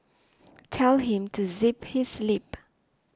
tell him to zip his lip